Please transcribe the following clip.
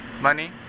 money